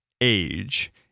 age